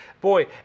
boy